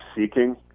seeking